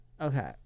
Okay